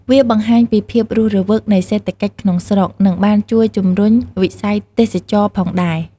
វាបង្ហាញពីភាពរស់រវើកនៃសេដ្ឋកិច្ចក្នុងស្រុក និងបានជួយជំរុញវិស័យទេសចរណ៍ផងដែរ។